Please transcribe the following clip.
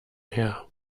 her